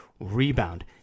rebound